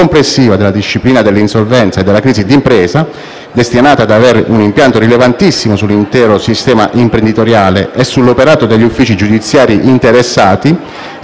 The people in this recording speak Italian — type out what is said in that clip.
destinata ad avere un impatto rilevantissimo sull'intero sistema imprenditoriale e sull'operato degli uffici giudiziari interessati, si impone come assolutamente necessaria.